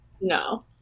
No